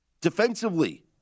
Defensively